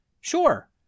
Sure